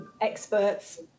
experts